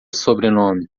sobrenome